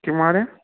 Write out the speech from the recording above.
किं महोदय